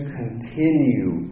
continue